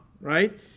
right